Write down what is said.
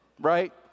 right